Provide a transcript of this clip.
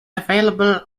available